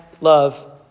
love